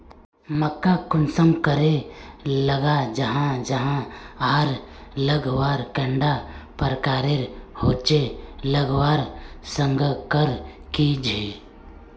मक्का कुंसम करे लगा जाहा जाहा आर लगवार कैडा प्रकारेर होचे लगवार संगकर की झे?